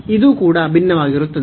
ಇದು ಕೂಡ ಭಿನ್ನವಾಗಿರುತ್ತದೆ